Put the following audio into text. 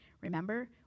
Remember